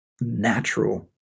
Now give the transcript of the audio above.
natural